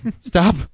Stop